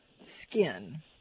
skin